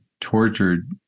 tortured